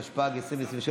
התשפ"ג 2023,